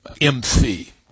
MC